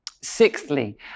Sixthly